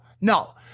No